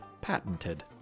patented